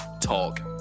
Talk